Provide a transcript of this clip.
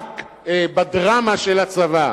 רק בדרמה של הצבא.